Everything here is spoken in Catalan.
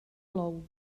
plou